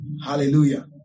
Hallelujah